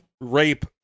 rape